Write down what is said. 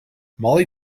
mollie